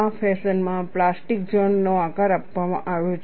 આ ફેશન માં plastic zone નો આકાર આપવામાં આવ્યો છે